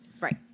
Right